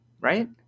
right